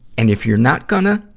and if you're not gonna,